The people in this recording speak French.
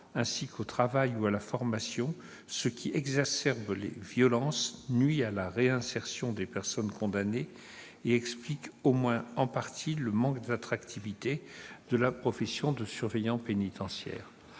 ainsi qu'au travail ou à la formation, ce qui exacerbe les violences, nuit à la réinsertion des personnes condamnées et explique, au moins en partie, le manque d'attractivité de la profession de surveillant pénitentiaire